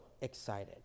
excited